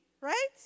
Right